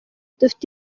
dufite